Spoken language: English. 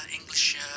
English